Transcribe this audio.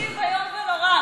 תקציב איום ונורא.